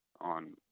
on